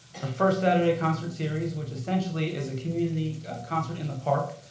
the first saturday concert series, which essentially is a community concert in the park.